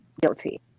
guilty